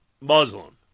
Muslim